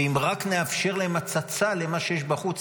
ואם רק נאפשר להם הצצה למה שיש בחוץ,